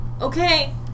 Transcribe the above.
Okay